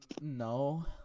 No